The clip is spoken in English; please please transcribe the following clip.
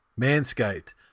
Manscaped